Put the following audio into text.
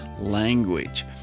language